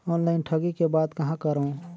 Online ठगी के बाद कहां करों?